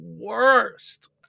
worst